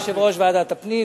יושב-ראש ועדת הפנים,